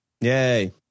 yay